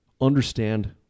understand